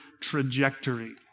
trajectory